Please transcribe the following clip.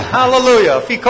hallelujah